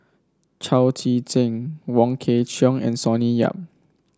Chao Tzee Cheng Wong Kwei Cheong and Sonny Yap